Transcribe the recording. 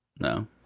No